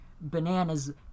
bananas